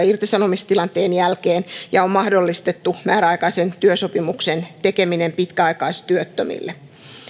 irtisanomistilanteen jälkeen ja on mahdollistettu määräaikaisen työsopimuksen tekeminen pitkäaikaistyöttömille